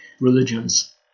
religions